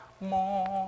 more